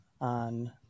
on